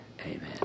amen